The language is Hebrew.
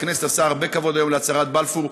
הכנסת עשתה הרבה כבוד היום להצהרת בלפור,